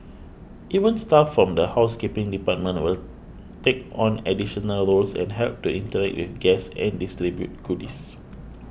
even staff from the housekeeping department will take on additional roles and help to interact with guests and distribute goodies